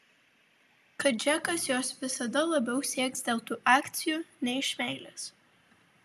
kad džekas jos visada labiau sieks dėl tų akcijų nei iš meilės